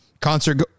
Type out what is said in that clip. Concert